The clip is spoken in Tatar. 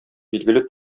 билгеле